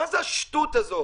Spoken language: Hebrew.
מה זה השטות הזאת?